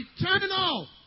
eternal